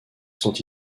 sont